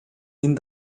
энэ